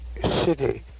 city